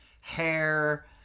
hair